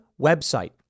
website